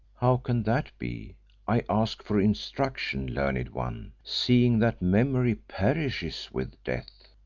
how can that be i ask for instruction, learned one seeing that memory perishes with death?